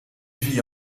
vit